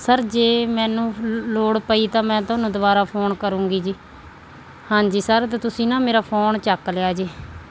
sir ਜੇ ਮੈਨੂੰ ਲੋੜ ਪਈ ਤਾਂ ਮੈਂ ਤੁਹਾਨੂੰ ਦੁਬਾਰਾ ਫੋਨ ਕਰੂੰਗੀ ਜੀ ਹਾਂਜੀ ਸਰ ਅਤੇ ਤੁਸੀਂ ਨਾ ਮੇਰਾ ਫੋਨ ਚੱਕ ਲਿਓ ਜੀ